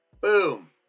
Boom